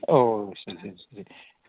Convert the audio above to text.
ഓ ഓ ശരി ശരി ശരി